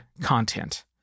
content